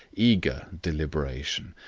eager deliberation.